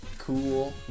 Cool